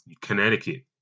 Connecticut